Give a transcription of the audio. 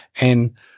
And-